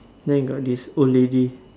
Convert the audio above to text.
then got this old lady